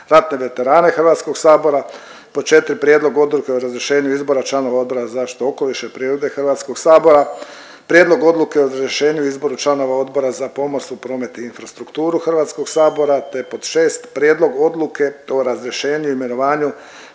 Hrvatske, Hrvatskog sabora. Pod tri, Prijedlog odluke o razrješenju i izboru članova Odbora za ratne veterane Hrvatskog sabora. Pod četiri, Prijedlog odluke o razrješenju i izboru članova Odbora za pomorstvo, promet i infrastrukturu Hrvatskog sabora, te pod šest, Prijedlog odluke o razrješenju i imenovanju